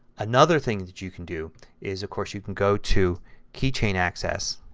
another thing that you can do is, of course, you can go to keychain access